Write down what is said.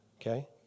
Okay